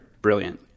brilliant